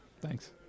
Thanks